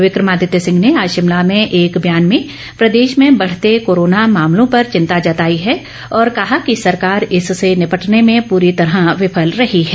विक्रमादित्य सिंह ने आज शिमला में एक बयान में प्रदेश में बढ़ते कोरोना मामलों पर चिंता जताई है और कहा कि सरकार इससे निपटने में पूरी तरह विफल रही है